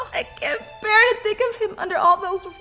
i can't bear to think of him under all those